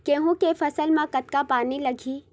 गेहूं के फसल म कतका पानी लगही?